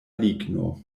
ligno